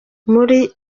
muri